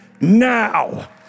now